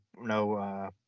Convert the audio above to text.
no